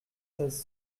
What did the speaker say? seize